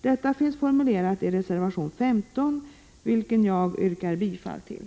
Detta finns formulerat i reservation 15, vilken jag yrkar bifall till.